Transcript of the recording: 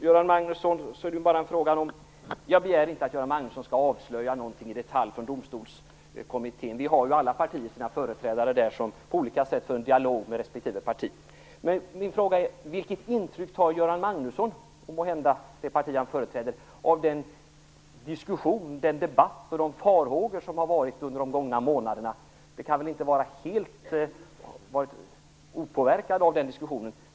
Herr talman! Jag är medveten om detta. Jag begär inte att Göran Magnusson skall avslöja något i detalj från Domstolskommittén. Alla partier har ju sina företrädare där som på olika sätt för en dialog med respektive parti. Men min fråga är: Vilket intryck tar Göran Magnusson, och måhända det parti han företräder, av den debatt och de farhågor som framkommit under de gångna månaderna? Han kan väl inte ha varit helt opåverkad av den diskussionen.